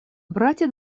братья